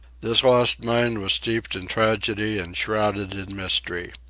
this lost mine was steeped in tragedy and shrouded in mystery.